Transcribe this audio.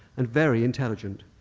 and very intelligent.